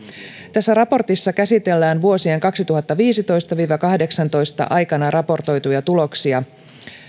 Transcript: tässä raportissa käsitellään vuosien kaksituhattaviisitoista viiva kahdeksantoista aikana raportoituja tuloksia